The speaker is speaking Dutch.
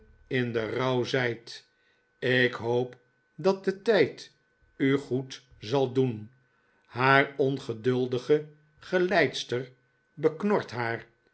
in den rouw zijt ik hoop dat de tijd u goed zal doen haar ongeduldige geleidster beknort haar